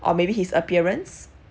or maybe his appearance